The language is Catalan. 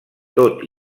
tot